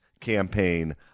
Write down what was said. campaign